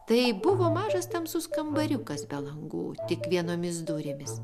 tai buvo mažas tamsus kambariukas be langų tik vienomis durimis